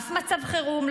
אף מצב חירום,